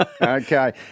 Okay